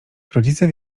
rodzice